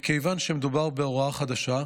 מכיוון שמדובר בהוראה חדשה,